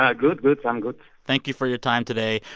um good, good. i'm good thank you for your time today.